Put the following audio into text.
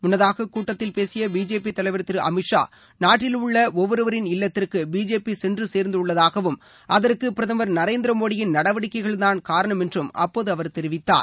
முன்னதாக கூட்டத்தில் பேசிய பிஜேபி தலைவர் திரு அமித் ஷா நாட்டில் உள்ள ஒவ்வொருவரின் இல்லத்திற்கு பிஜேபி சென்ற சேர்ந்தள்ளதாகவும் அதற்கு பிரதமர் நரேந்திர மோடியின் நடவடிக்கைகள்தான் காரணம் என்று அப்போது அவர் தெரிவித்தார்